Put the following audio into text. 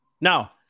Now